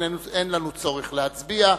אין לנו צורך להצביע.